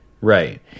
Right